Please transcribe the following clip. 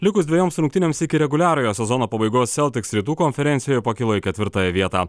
likus dvejoms rungtynėms iki reguliariojo sezono pabaigos seltiks rytų konferencijoje pakilo į ketvirtąją vietą